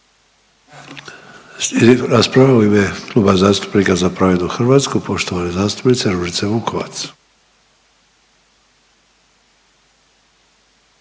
rasprava u ime Kluba zastupnika Za pravednu Hrvatsku poštovane zastupnice Ružice Vukovac.